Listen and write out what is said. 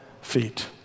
feet